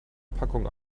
packung